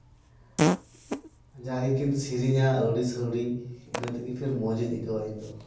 ᱡᱟᱜᱮᱠᱤᱱ ᱥᱮᱨᱮᱧᱟ ᱟᱹᱣᱲᱤᱼᱥᱟᱹᱣᱲᱤ ᱤᱱᱟᱹ ᱛᱮᱜᱮ ᱯᱷᱤᱨ ᱢᱚᱡᱤᱧ ᱟᱹᱭᱠᱟᱹᱣᱟ ᱤᱧ ᱫᱚ